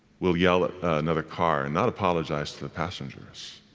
we'll yell at another car and not apologize to the passengers